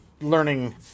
learning